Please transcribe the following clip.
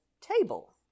table